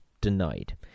denied